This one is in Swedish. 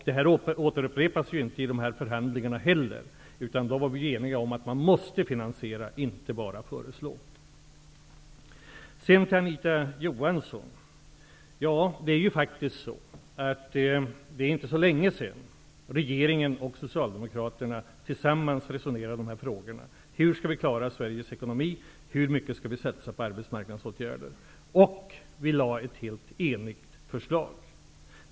Detta återupprepades ju inte i de här förhandlingarna heller, utan då var vi eniga om att man måste finansiera, inte bara föreslå. Sedan skall jag gå över till Anita Johansson. Det är faktiskt så att det inte är så länge sedan regeringen och Socialdemokraterna tillsammans resonerade om de här frågorna: Hur skall vi klara Sveriges ekonomi? Hur mycket skall vi satsa på arbetsmarknadsåtgärder? Vi lade fram ett enigt förslag.